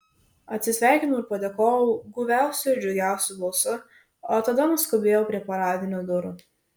atsisveikinau ir padėkojau guviausiu ir džiugiausiu balsu o tada nuskubėjau prie paradinių durų